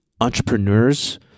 entrepreneurs